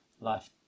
life